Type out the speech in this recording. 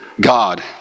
God